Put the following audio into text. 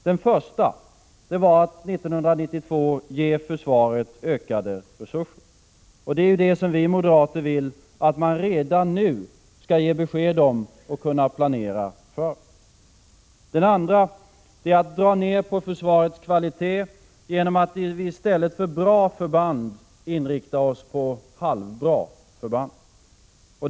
Den första är att 1992 ge försvaret ökade resurser. Det är det som vi moderater vill att man redan nu skall ge besked om och kunna planera för. Den andra är att dra ner på försvarets kvalitet, genom att vi inriktar oss på halvbra förband i stället för bra förband.